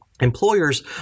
Employers